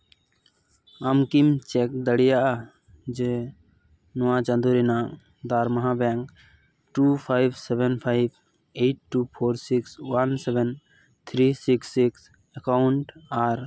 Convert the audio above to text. ᱟᱢ ᱠᱤᱢ ᱪᱮᱠ ᱫᱟᱲᱮᱭᱟᱜᱼᱟ ᱡᱮ ᱱᱚᱣᱟ ᱪᱟᱸᱫᱚ ᱨᱮᱱᱟᱝ ᱫᱟᱨᱢᱟᱦᱟ ᱵᱮᱝᱠᱚ two five seven five eight two four six one seven three six six account ᱟᱨ